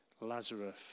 Lazarus